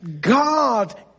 God